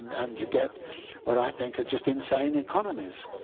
and you get what i think are just insane economies